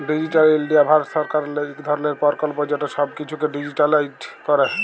digital India Bharat সরকারেরলে ইক ধরলের পরকল্প যেট ছব কিছুকে ডিজিটালাইস্ড ক্যরে